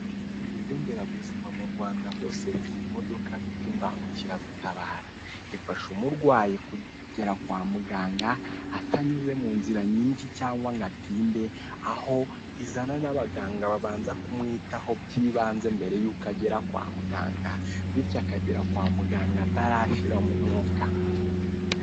Ibigo nderabuzima mu Rwanda hose bigira imodoka bita imbangukira gutabara, ifasha umurwayi kugera kwa muganga atanyuze mu nzira nyinshi cyangwa ngo atinde, aho izana n'abaganga babanza kumwitaho byibanze mbere y'uko agera kwa muganga bityo akagera kwa muganga atarashiramo umwuka.